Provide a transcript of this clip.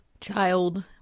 Child